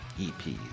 EPs